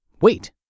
wait